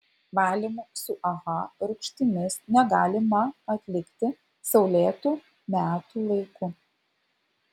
valymų su aha rūgštimis negalima atlikti saulėtu metų laiku